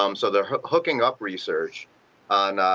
um so, the hooking up research and